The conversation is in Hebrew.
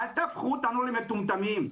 אל תהפכו אותנו למטומטמים,